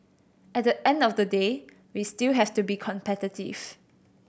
at the end of the day we still have to be competitive